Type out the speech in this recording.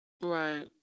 right